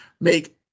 make